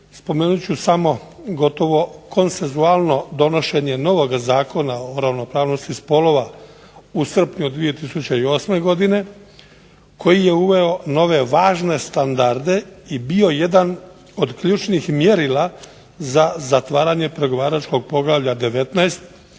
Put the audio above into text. spomenut ću samo gotovo konsensualno donošenje novoga Zakona o ravnopravnosti spolova u srpnju 2008. godine koji je uveo nove važne standarde i bio jedan od ključnih mjerila za zatvaranje pregovaračkog poglavlja 19.